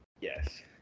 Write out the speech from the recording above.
Yes